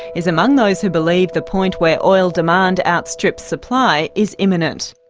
is among those who believe the point where oil demand outstrips supply is imminent.